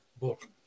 book